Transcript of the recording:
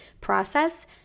process